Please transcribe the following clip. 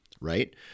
right